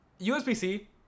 USB-C